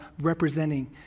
representing